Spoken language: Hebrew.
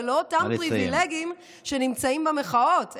זה לא אותם פריבילגים שנמצאים במחאות,